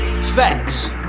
Facts